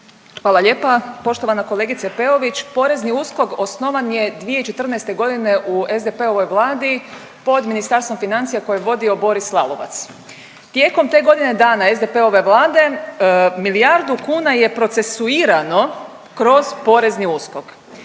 Hvala lijepa. Poštovana kolegice Peović, PNUSKOK osnovan je 2014.g. u SDP-ovoj Vladi pod Ministarstvom financija koje je vodio Boris Lalovac. Tijekom te godine dana SDP-ove Vlade, milijardu kuna je procesuirano kroz PNUSKOK.